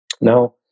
Now